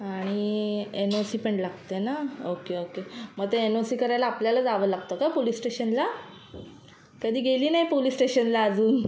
आणि N O C पण लागते ना ओके ओके मग ते एन ओ सी करायला आपल्याला जावं लागतं का पोलिस स्टेशनला कधी गेली नाही पोलिस स्टेशनला अजून